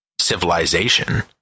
civilization